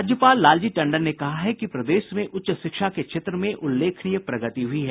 राज्यपाल लालजी टंडन ने कहा है कि प्रदेश में उच्च शिक्षा के क्षेत्र में उल्लेखनीय प्रगति हुई है